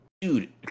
dude